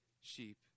sheep